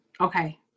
Okay